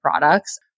products